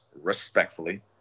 respectfully